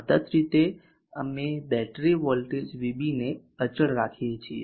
આદર્શ રીતે અમે બેટરી વોલ્ટેજ vb ને અચળ રાખીએ છીએ